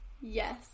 Yes